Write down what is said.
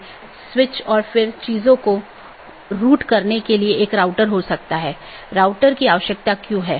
और BGP protocol के तहत एक BGP डिवाइस R6 को EBGP के माध्यम से BGP R1 से जुड़ा हुआ है वहीँ BGP R3 को BGP अपडेट किया गया है और ऐसा ही और आगे भी है